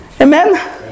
Amen